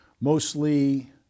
mostly